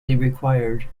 required